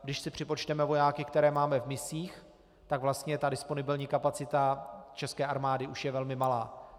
Když si připočteme vojáky, které máme v misích, tak vlastně disponibilní kapacita české armády už je velmi malá.